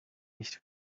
nicht